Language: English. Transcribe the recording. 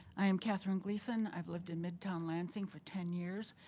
i am katherine gleason, i've lived in midtown lansing for ten years.